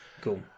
cool